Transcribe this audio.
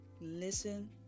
listen